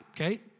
Okay